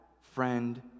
friend